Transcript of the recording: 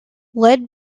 led